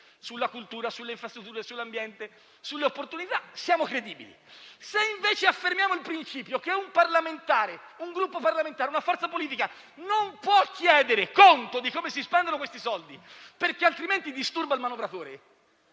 sulla cultura, sulle infrastrutture, sull'ambiente, sulle opportunità, siamo credibili, se invece affermiamo il principio che un Gruppo parlamentare, una forza politica non può chiedere conto di come si spendono questi soldi, perché altrimenti disturba il manovratore,